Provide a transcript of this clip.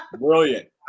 brilliant